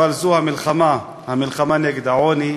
אבל המלחמה הזאת, המלחמה נגד העוני,